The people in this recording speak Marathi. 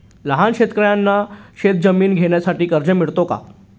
लहान शेतकऱ्यांना शेतजमीन घेण्यासाठी कर्ज मिळतो का?